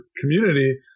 community